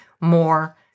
more